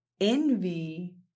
envy